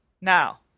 Now